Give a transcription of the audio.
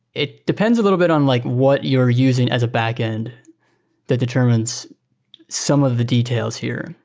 it depends a little bit on like what you're using as a backend that determines some of the details here.